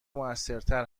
موثرتر